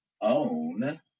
own